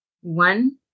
one